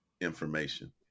information